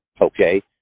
okay